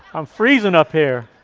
i'm freezing up here.